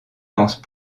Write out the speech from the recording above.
lance